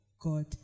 God